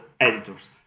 editors